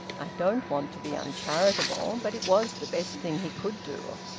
i don't want to be uncharitable, but it was the best thing he could do.